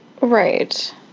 right